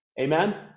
amen